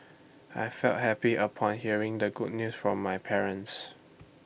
I felt happy upon hearing the good news from my parents